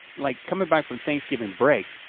like coming back from thanksgiving break,